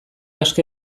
aske